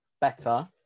better